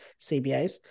CBAs